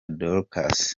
dorcas